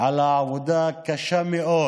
על העבודה הקשה מאוד